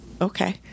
Okay